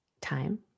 time